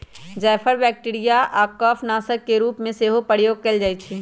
जाफर bacteria आऽ कफ नाशक के रूप में सेहो प्रयोग कएल जाइ छइ